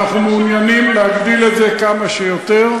אנחנו מעוניינים להגדיל את זה כמה שיותר.